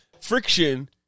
friction